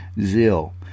zeal